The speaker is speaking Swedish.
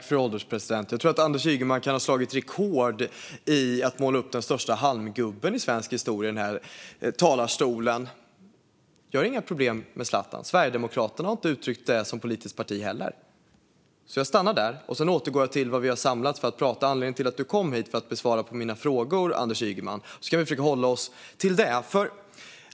Fru ålderspresident! Jag tror att Anders Ygeman kan ha slagit rekord i att måla upp den största halmgubben i svensk historia i den här talarstolen. Jag har inga problem med Zlatan, och Sverigedemokraterna har inte heller uttryckt det som politiskt parti. Jag stannar där och återgår till vad vi har samlats för att prata om. Anledningen till att Anders Ygeman kommit hit är att han ska svara på mina frågor. Vi ska försöka hålla oss till dessa.